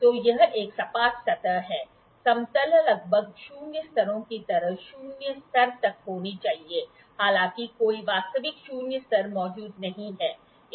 तो यह एक सपाट सतह है समतलता लगभग शून्य स्तरों की तरह शून्य स्तर तक होनी चाहिए हालांकि कोई वास्तविक शून्य स्तर मौजूद नहीं है